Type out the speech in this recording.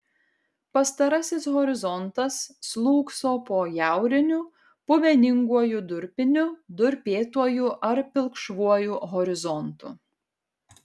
pastarasis horizontas slūgso po jauriniu puveninguoju durpiniu durpėtuoju ar pilkšvuoju horizontu